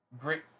Great